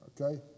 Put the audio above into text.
Okay